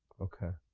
okay,